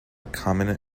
common